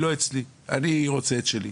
לא אצלי, אני רוצה את שלי.